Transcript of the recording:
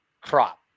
crop